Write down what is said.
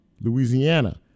Louisiana